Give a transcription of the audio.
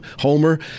Homer